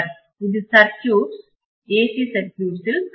இது circuits AC circuits இல் கற்றது